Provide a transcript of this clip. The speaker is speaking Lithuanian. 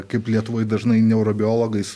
kaip lietuvoj dažnai neurobiologais